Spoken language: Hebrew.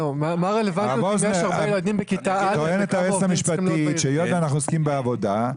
אומרת היועצת המשפטית שהיות שאנחנו עוסקים בעבודה,